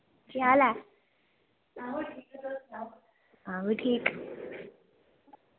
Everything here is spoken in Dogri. केह् हाल ऐ अ'ऊं बी ठीक तुस सनाओ अ'ऊं बी ठीक